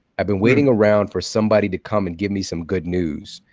i'd been waiting around for somebody to come and give me some good news.